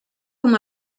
com